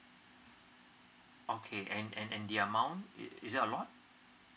okay and and and the amount is it a lot